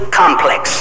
complex